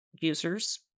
users